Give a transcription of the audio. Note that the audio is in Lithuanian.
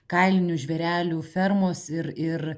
kailinių žvėrelių fermos ir ir